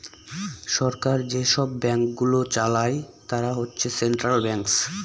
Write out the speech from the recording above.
সরকার যেসব ব্যাঙ্কগুলো চালায় তারা হচ্ছে সেন্ট্রাল ব্যাঙ্কস